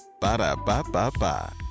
Ba-da-ba-ba-ba